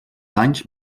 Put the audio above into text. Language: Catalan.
anys